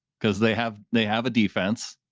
cause they have they have a defense.